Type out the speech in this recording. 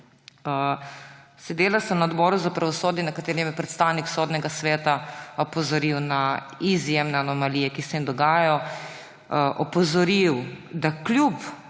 Sedela sem na odboru za pravosodje, na katerem je predstavnik Sodnega sveta opozoril na izjemne anomalije, ki se jim dogajajo. Opozoril, da so